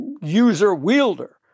user-wielder